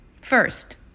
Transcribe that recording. First